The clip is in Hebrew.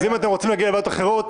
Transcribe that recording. אז אם אתם רוצים להגיע לוועדות אחרות,